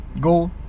go